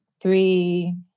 three